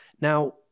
Now